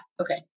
Okay